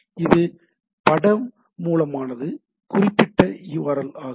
இது பட மூலமானது குறிப்பிட்ட URL ஆகும்